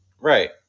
right